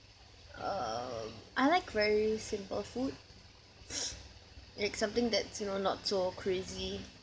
um I like very simple food it's something that's you know not so crazy